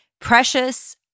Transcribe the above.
precious